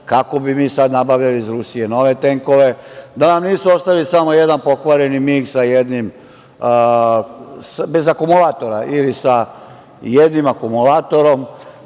kako bi mi sada nabavili iz Rusije nove tenkove? da nam nisu ostavili samo jedan pokvareni Mig bez akumulatora ili sa jednim akumulatorom,